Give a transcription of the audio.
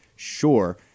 sure